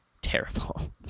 Terrible